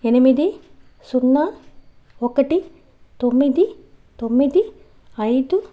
ఎనిమిది సున్నా ఒకటి తొమ్మిది తొమ్మిది ఐదు